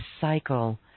cycle